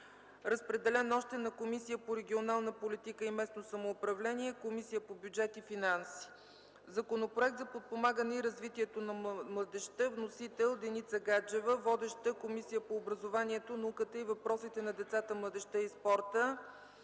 Разпределен е и на Комисията по регионална политика и местно самоуправление и Комисията по бюджет и финанси. Законопроект за подпомагане и развитие на младежта. Вносител – Деница Гаджева. Водеща е Комисията по образованието, науката и въпросите на децата, младежта и спорта.